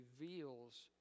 reveals